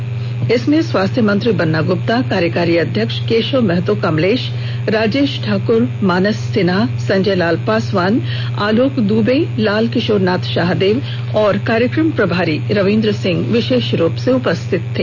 इस मौन सत्याग्रह में स्वास्थ्य मंत्री बन्ना गुप्ता कार्यकारी अध्यक्ष केशव महतो कमलेश राजेश ठाकुर मानस सिन्हा संजय लाल पासवान आलोक दुबे लाल किशोरनाथ शाहदेव और कार्यक्रम प्रभारी रविन्द्र सिंह विशेष रूप से उपस्थित थे